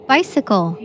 Bicycle